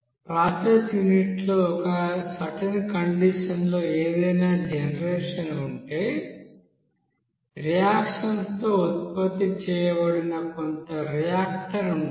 process యూనిట్లో ఒక certain condition లో ఏదైనా జనరేషన్ ఉంటే రియాక్షన్స్ తో ఉత్పత్తి చేయబడిన కొంత రియాక్టన్ట్ ఉంటుంది